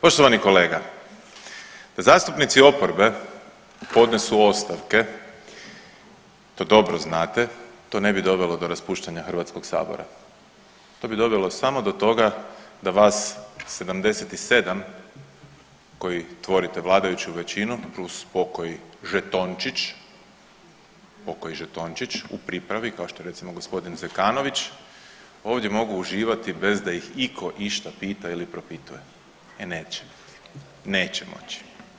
Poštovani kolega, da zastupnici oporbe podnesu ostavke, to dobro znate, to ne bi dovelo do raspuštanja HS, to bi dovelo samo do toga da vas 77 koji tvorite vladajuću većinu plus pokoji žetončić, pokoji žetončić u pripravi kao što je recimo g. Zekanović ovdje mogu uživati bez da ih iko išta pita ili propituje, e neće, neće moći.